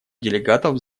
делегатов